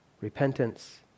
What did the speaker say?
Repentance